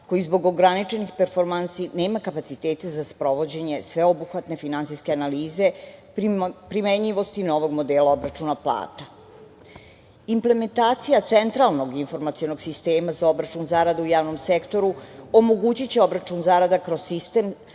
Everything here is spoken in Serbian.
koji zbog ograničenih performansi nema kapacitete za sprovođenje sveobuhvatne finansijske analize primenjivosti novog modela obračuna plata. Implementacija centralnog informacionog sistema za obračun zarada u javnom sektoru omogućiće obračun zarada kroz sistem